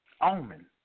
Omen